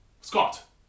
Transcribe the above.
Scott